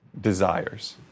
desires